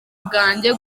bwanjye